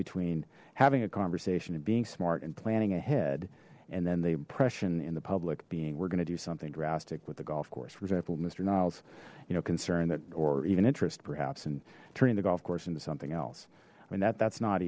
between having a conversation and being smart and planning ahead and then the impression in the public being we're gonna do something drastic with the golf course for example mister niles you know concern that or even interest perhaps and turning the golf course into something else i mean that that's not